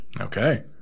Okay